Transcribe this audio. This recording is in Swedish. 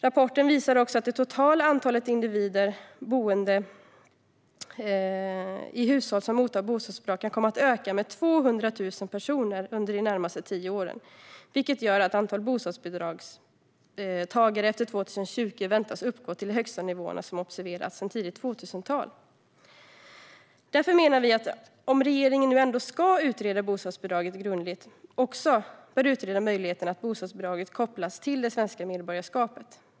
Rapporten visar också att det totala antalet individer boende i hushåll som mottar bostadsbidrag kan komma att öka med 200 000 personer under de närmaste tio åren, vilket gör att antalet bostadsbidragstagare efter 2020 väntas uppgå till de högsta nivåerna som observerats sedan tidigt 2000-tal. Därför menar vi att om regeringen nu ändå ska utreda bostadsbidraget grundligt bör man också utreda möjligheten att bostadsbidraget kopplas till det svenska medborgarskapet.